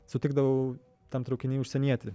sutikdavau tam traukiny užsienietį